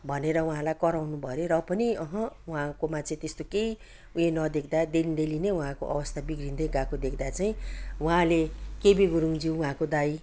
भनेर उहाँलाई कराउनु भयो अरे र पनि अहँ उहाँको मा चाहिँ त्यस्तो केही उयो नदेख्दा दिन डेली नै उहाँको अवस्था बिग्रिँदै गएको देख्दा चाहिँ उहाँले केबी गुरुङज्यू उहाँको दाइ